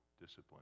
discipline